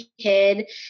kid